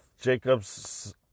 Jacob's